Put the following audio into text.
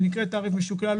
שנקראת תעריף משוקלל,